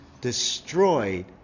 destroyed